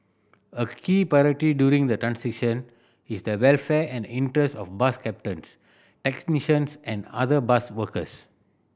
a key priority during the transition is the welfare and interest of bus captains technicians and other bus workers